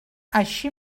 així